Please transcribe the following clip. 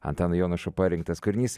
antano jonušo parinktas kūrinys